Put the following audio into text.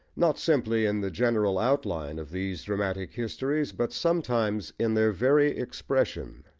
not simply in the general outline of these dramatic histories but sometimes in their very expression.